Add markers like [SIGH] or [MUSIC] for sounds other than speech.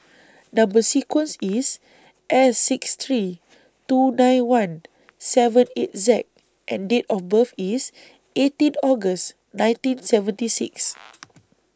Number sequence IS S six three two nine one seven eight Z and Date of birth IS eighteen August nineteen seventy six [NOISE]